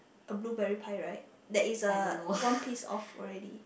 a blueberry pie right there is uh one piece off already